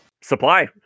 supply